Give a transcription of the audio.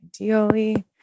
ideally